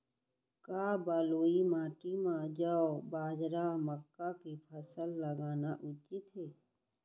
का बलुई माटी म जौ, बाजरा, मक्का के फसल लगाना उचित हे?